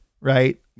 Right